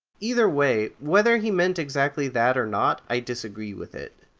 either way, whether he meant exactly that or not, i disagree with it.